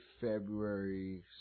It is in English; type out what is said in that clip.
February